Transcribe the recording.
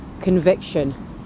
conviction